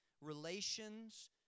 Relations